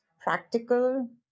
practical